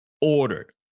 ordered